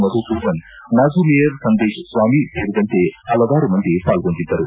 ಮಧುಸೂದನ್ ಮಾಜಿ ಮೇಯರ್ ಸಂದೇಶ್ ಸ್ವಾಮಿ ಸೇರಿದಂತೆ ಹಲವಾರು ಮಂದಿ ಪಾಲ್ಗೊಂಡಿದ್ದರು